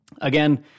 again